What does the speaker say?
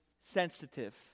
sensitive